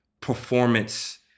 performance